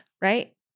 right